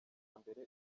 mbere